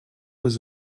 was